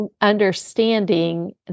understanding